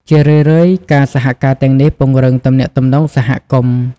ជារឿយៗ ការសហការទាំងនេះពង្រឹងទំនាក់ទំនងសហគមន៍។